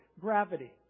gravity